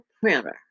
printer